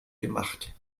gemacht